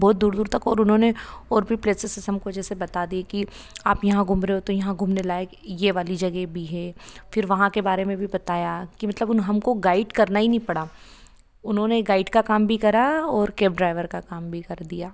बहुत दूर दूर तक और उन्होंने और भी प्लेसेसेस हमको जैसे बता दिए कि आप यहाँ घूम रहे हो तो यहाँ घूमने लायक ये वाली जगह भी है फिर वहाँ के बारे में भी बताया कि मतलब हमको गाइड करना ही नहीं पड़ा उन्होंने गाइड का काम भी करा और केब ड्राइवर का काम भी कर दिया